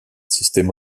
système